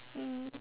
mm